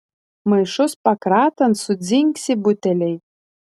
maišus pakratant sudzingsi buteliai